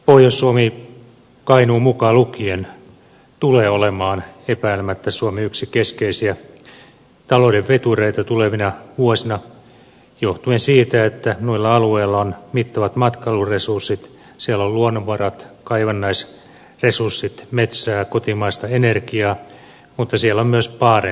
pohjois suomi kainuu mukaan lukien tulee olemaan epäilemättä suomen yksi keskeisiä talouden vetureita tulevina vuosina johtuen siitä että noilla alueilla on mittavat matkailuresurssit siellä on luonnonvarat kaivannaisresurssit metsää kotimaista energiaa mutta siellä on myös barents lähellä